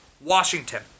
Washington